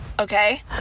Okay